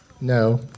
No